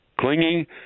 Clinging